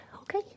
okay